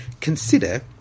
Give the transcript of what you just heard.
consider